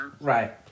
Right